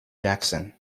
jackson